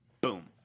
Boom